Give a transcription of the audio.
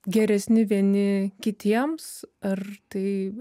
geresni vieni kitiems ar tai